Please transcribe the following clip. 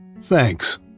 Thanks